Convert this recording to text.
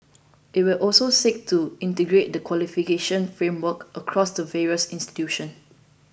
it will also seek to integrate the qualification frameworks across the various institutions